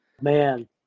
man